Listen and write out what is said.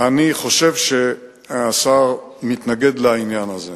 אני חושב שהשר מתנגד לעניין הזה.